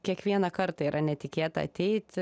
kiekvieną kartą yra netikėta ateit